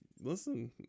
Listen